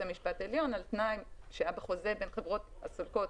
המשפט העליון על תנאי שהיה בחוזה בין חברות הסולקות